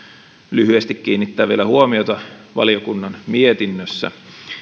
lyhyesti kiinnittää vielä huomiota valiokunnan mietinnössä